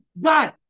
God